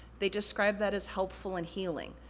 they describe that as helpful and healing.